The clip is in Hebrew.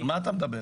על מה אתה מדבר?